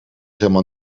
helemaal